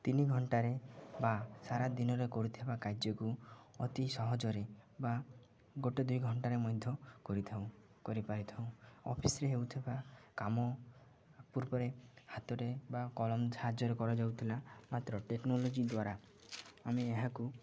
ତିନି ଘଣ୍ଟାରେ ବା ସାରା ଦିନରେ କରୁଥିବା କାର୍ଯ୍ୟକୁ ଅତି ସହଜରେ ବା ଗୋଟେ ଦୁଇ ଘଣ୍ଟାରେ ମଧ୍ୟ କରିଥାଉ କରିପାରିଥାଉ ଅଫିସ୍ରେ ହେଉଥିବା କାମ ପୂର୍ବରେ ହାତରେ ବା କଲମ ସାହାଯ୍ୟରେ କରାଯାଉଥିଲା ମାତ୍ର ଟେକ୍ନୋଲୋଜି ଦ୍ୱାରା ଆମେ ଏହାକୁ